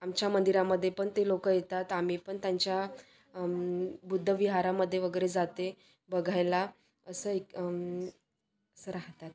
आमच्या मंदिरामध्ये पण ते लोक येतात आम्ही पण त्यांच्या बुद्ध विहारामध्ये वगैरे जातो बघायला असं एक असं राहतात